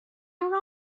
were